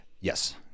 Yes